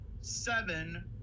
seven